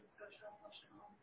social-emotional